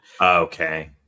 Okay